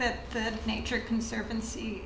the nature conservancy